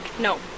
No